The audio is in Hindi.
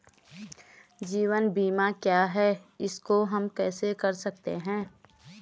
जीवन बीमा क्या है इसको हम कैसे कर सकते हैं?